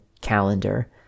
calendar